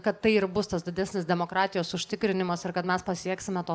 kad tai ir bus tas didesnis demokratijos užtikrinimas ir kad mes pasieksime to